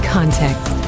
Context